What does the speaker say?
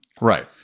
Right